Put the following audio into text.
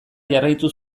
jarraitu